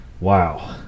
Wow